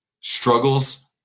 struggles